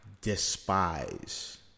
despise